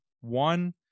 One